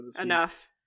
enough